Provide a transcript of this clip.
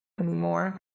anymore